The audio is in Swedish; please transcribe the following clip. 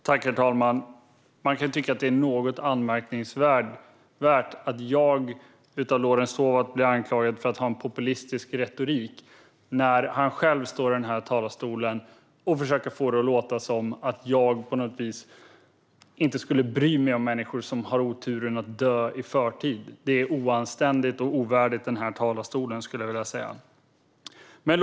Herr talman! Man kan tycka att det är något anmärkningsvärt att jag av Lorentz Tovatt blir anklagad för att ha en populistisk retorik när han själv står i talarstolen och försöker att få det att låta som att jag på något vis inte skulle bry mig om människor som har oturen att dö i förtid. Det är oanständigt och ovärdigt talarstolen.